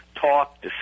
talk